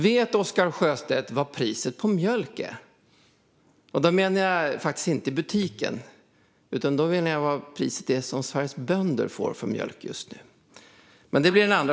Vet Oscar Sjöstedt vad priset på mjölk är? Då menar jag inte butikspriset, utan det pris som Sveriges bönder får för mjölk just nu.